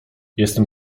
jestem